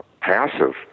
passive